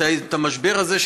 המשבר הזה,